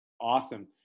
Awesome